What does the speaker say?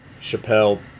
Chappelle